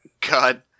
God